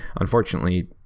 Unfortunately